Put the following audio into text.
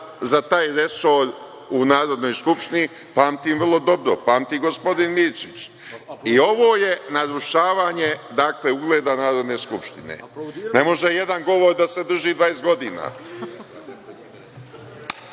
za taj resor u Narodnoj skupštini, pamtim vrlo dobro, pamti gospodin Mirčić i ovo je narušavanje ugleda Narodne skupštine. Ne može jedan govor da sadrži 20 godina.